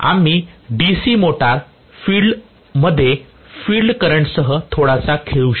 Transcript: आम्ही DC motor मध्ये field करंटसह थोडासा खेळू शकतो